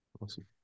Awesome